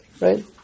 right